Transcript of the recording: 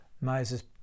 Moses